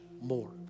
more